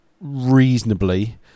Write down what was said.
reasonably